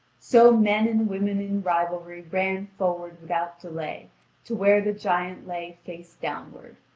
so men and women in rivalry ran forward without delay to where the giant lay face downward.